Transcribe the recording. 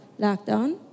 lockdown